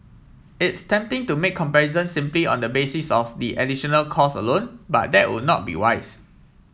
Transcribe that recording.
it's tempting to make comparisons simply on the basis of the additional cost alone but that would not be wise